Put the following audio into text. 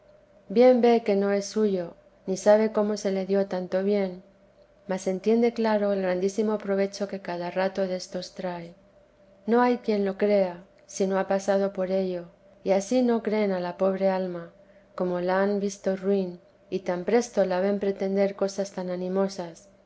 bien ve que no es suyo ni sabe cómo se le dio tanto bien mas entiende claro el grandísimo provecho que cada rato destos trae no hay quien lo crea si no ha pasado por ello y ansí no creen a la pobre alma como la han visto ruin y tan presto la ven pretender cosas tan animosas